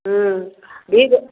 हुँ भीड़